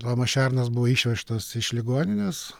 tomas šernas buvo išvežtas iš ligoninės